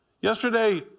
Yesterday